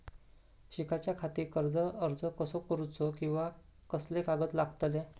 शिकाच्याखाती कर्ज अर्ज कसो करुचो कीवा कसले कागद लागतले?